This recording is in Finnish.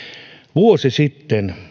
vuosi sitten